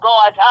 God